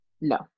No